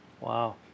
Wow